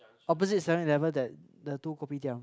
opposite seven eleven that the two Kopitiam